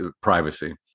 privacy